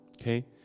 okay